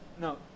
No